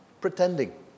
pretending